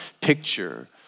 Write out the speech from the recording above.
picture